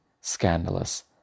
scandalous